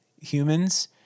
humans